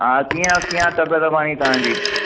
हा कीअं आ कीअं आहे तबीअत पाणी तव्हांजी